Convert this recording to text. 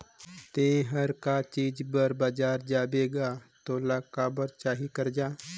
ते हर का चीच बर बरजा लेबे गा तोला काबर चाही करजा